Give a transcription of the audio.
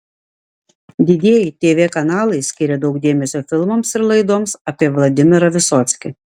didieji tv kanalai skyrė daug dėmesio filmams ir laidoms apie vladimirą vysockį